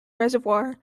reservoir